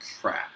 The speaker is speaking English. crap